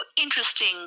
interesting